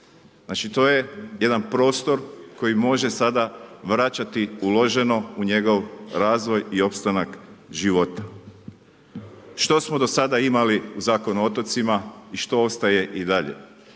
Znači to je jedan prostor koji može sada vraćati uloženo u njegov razvoj i opstanak života. Što smo do sada imali u zakonu o otocima i što ostaje i dalje?